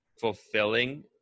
fulfilling